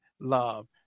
love